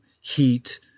heat